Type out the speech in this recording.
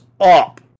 up